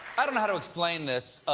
i don't know how to explain this,